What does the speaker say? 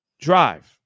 drive